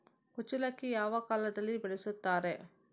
ಕುಚ್ಚಲಕ್ಕಿ ಯಾವ ಕಾಲದಲ್ಲಿ ಬೆಳೆಸುತ್ತಾರೆ?